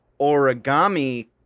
Origami